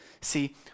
See